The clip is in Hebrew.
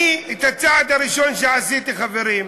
הצעד הראשון שעשיתי, חברים: